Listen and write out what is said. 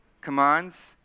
Commands